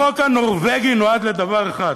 החוק הנורבגי נועד לדבר אחד: